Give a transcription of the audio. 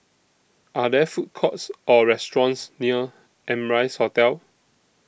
Are There Food Courts Or restaurants near Amrise Hotel